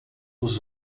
dos